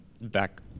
back